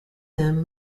them